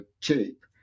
cheap